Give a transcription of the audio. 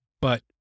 but-